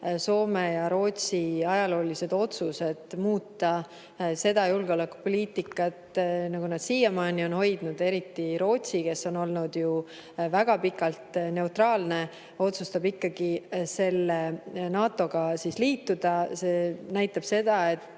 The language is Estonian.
Soome ja Rootsi ajaloolised otsused muuta seda julgeolekupoliitikat, nagu nad siiamaani on hoidnud, eriti Rootsi, kes on olnud ju väga pikalt neutraalne, otsustab ikkagi selle NATO-ga liituda – see näitab seda, et